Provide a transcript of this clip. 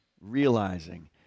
realizing